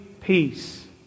peace